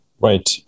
Right